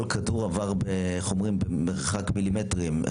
כל כדור עבר במרחק מילימטרים,